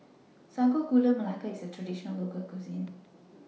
Sago Gula Melaka IS A Traditional Local Cuisine